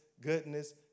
goodness